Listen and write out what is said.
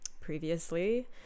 previously